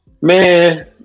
Man